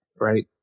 right